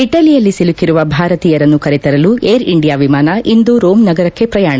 ಇಟಲಿಯಲ್ಲಿ ಸಿಲುಕಿರುವ ಭಾರತೀಯರನ್ನು ಕರೆತರಲು ಏರ್ ಇಂಡಿಯಾ ವಿಮಾನ ಇಂದು ರೋಮ್ ನಗರಕ್ಕೆ ಪ್ರಯಾಣ